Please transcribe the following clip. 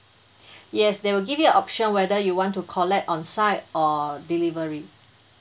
yes they will give you an option whether you want to collect on site or delivery